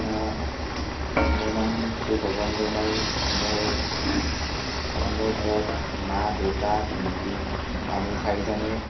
মোৰ নাম শ্ৰী পৱন দৈমাৰী মোৰ মোৰ ঘৰত মা দেউতা ভন্টী আমি চাৰিজনেই